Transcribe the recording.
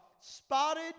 spotted